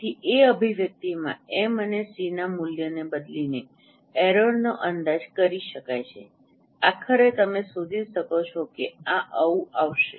તેથી એ અભિવ્યક્તિમાં એમ અને સીના મૂલ્યને બદલીને એરરનો અંદાજ કરી શકાય છે આખરે તમે શોધી શકો છો કે આ આવું આવશે